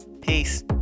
Peace